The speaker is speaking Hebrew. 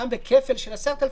גם בכפל של 10,000,